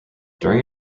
during